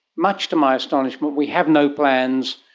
much to my astonishment we have no plans,